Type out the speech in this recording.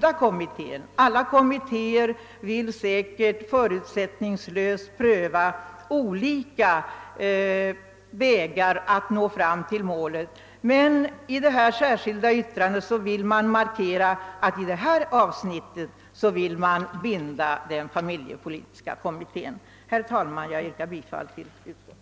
skall vara bunden beträffande en indexreglering. Alla kommittéer önskar säkert förutsättningslöst pröva olika vägar att nå fram till målet, men i detta särskilda yttrande vill man som sagt markera att på ett avsnitt skall familjepolitiska kommittén vara bunden. Herr talman! Jag yrkar bifall till utskottets förslag.